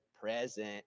Present